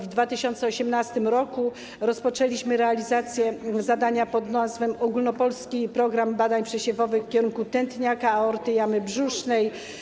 W 2018 r. rozpoczęliśmy realizację zadania pn. „Ogólnopolski program badań przesiewowych” w kierunku tętniaka aorty jamy brzusznej.